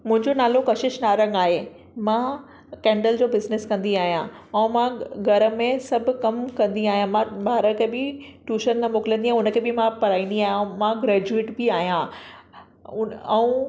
मुंहिंजो नालो कशिश नारंग आहे मां केन्डल जो बिज़नेस कंदी आहियां ऐं मां घर में सभु कम कंदी आहियां मां ॿार खे बि ट्यूशन न मोकिलंदी आहियां उनखे बि मां पढ़ाईंदी अहियां अऊं मां ग्रेज्युएट बि अहियां अऊं